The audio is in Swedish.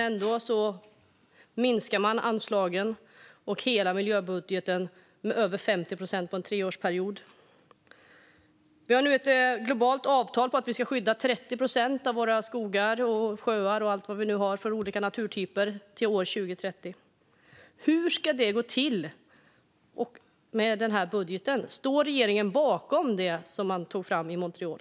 Ändå minskar man anslagen och hela miljöbudgeten med över 50 procent under en treårsperiod. Vi har nu ett globalt avtal om att vi ska skydda 30 procent av våra skogar, sjöar och vad vi nu har för olika naturtyper till 2030. Hur ska det gå till med den här budgeten? Står regeringen bakom det man tog fram i Montreal?